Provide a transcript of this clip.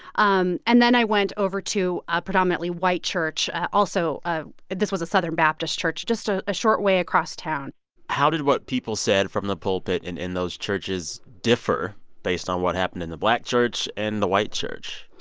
um and then i went over to a predominantly white church also. ah this was a southern baptist church just ah a short way across town how did what people said from the pulpit and in those churches differ based on what happened in the black church and the white church?